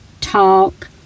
talk